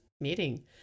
meeting